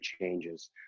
changes